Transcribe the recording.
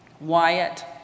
Wyatt